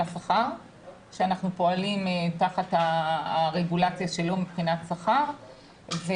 השכר ואנחנו פועלים תחת הרגולציה שלו מבחינת השכר.